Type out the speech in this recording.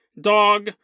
dog